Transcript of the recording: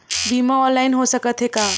बीमा ऑनलाइन हो सकत हे का?